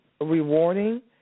rewarding